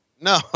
No